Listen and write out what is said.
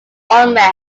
unrest